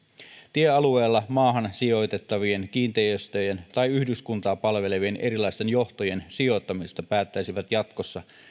tiealueella erilaisten maahan sijoitettavien kiinteistöjä ja yhdyskuntaa palvelevien johtojen sijoittamisesta päättäisivät jatkossa